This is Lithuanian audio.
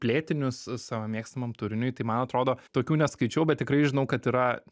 plėtinius savo mėgstamam turiniui tai man atrodo tokių neskaičiau bet tikrai žinau kad yra